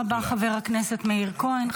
תודה רבה, חבר הכנסת מאיר כהן.